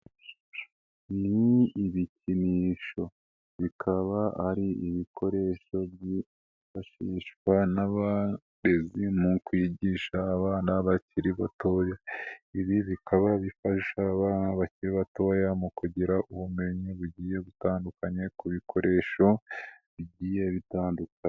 Ni ibikinisho. Bikaba ari ibikoresho byifashishwa n'abarezi mu kwigisha abana bakiri batoya. Ibi bikaba bifasha abana bakiri batoya mu kugira ubumenyi bugiye butandukanye ku bikoresho bigiye bitandukanye.